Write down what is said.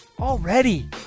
Already